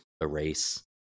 Erase